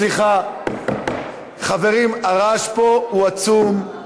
סליחה, חברים, הרעש פה הוא עצום.